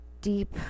deep